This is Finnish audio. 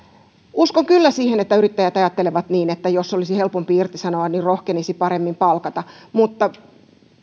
uskon kyllä siihen että yrittäjät ajattelevat niin että jos olisi helpompi irtisanoa niin rohkenisi paremmin palkata mutta